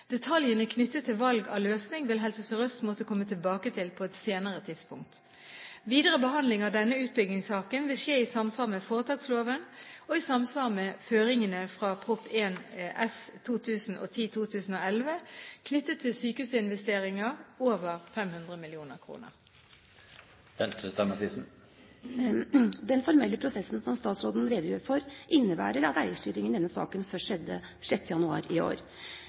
Detaljene knyttet til valg av løsning vil Helse Sør-Øst måtte komme tilbake til på et senere tidspunkt. Videre behandling av denne utbyggingssaken vil skje i samsvar med foretaksloven og i samsvar med føringene fra Prop. 1 S for 2010–2011 knyttet til sykehusinvesteringer over 500 mill. kr. Den formelle prosessen som statsråden redegjør for, innebærer at eierstyringen i denne saken først skjedde 6. januar i år.